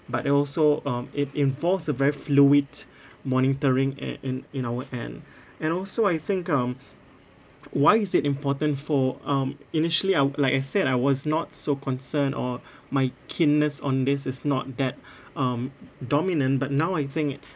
but it also um it involves a very fluid monitoring and in in our end and also I think um why is it important for um initially I'd like I said I was not so concerned or my keenness on this is not that um dominant but now I think it